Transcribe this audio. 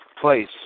place